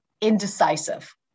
indecisive